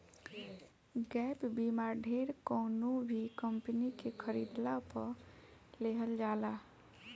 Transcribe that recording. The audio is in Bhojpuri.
गैप बीमा ढेर कवनो भी कंपनी के खरीदला पअ लेहल जाला